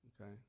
okay